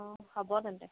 অ হ'ব তেন্তে